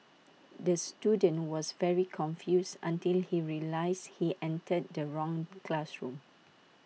the student was very confused until he realised he entered the wrong classroom